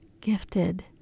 gifted